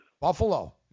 Buffalo